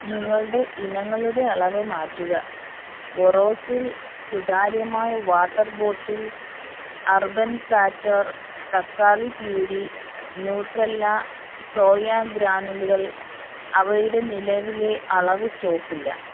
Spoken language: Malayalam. നിങ്ങളുടെ ഇനങ്ങളുടെ അളവ് മാറ്റുക ബോറോസിൽ സുതാര്യമായ വാട്ടർ ബോട്ടിൽ അർബൻ പ്ലാറ്റർ തക്കാളി പ്യൂരീ ന്യൂട്രെല്ല സോയ ഗ്രാനൂലുകൾ അവയുടെ നിലവിലെ അളവ് സ്റ്റോക്ക് ഇല്ല